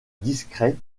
discret